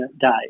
Day